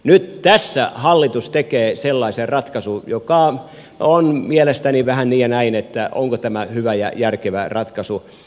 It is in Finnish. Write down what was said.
nyt tässä hallitus tekee sellaisen ratkaisun joka on mielestäni vähän niin ja näin onko tämä hyvä ja järkevä ratkaisu